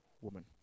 woman